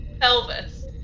pelvis